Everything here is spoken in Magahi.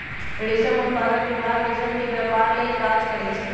रेशम उत्पादन विभाग रेशम के व्यपार लेल काज करै छइ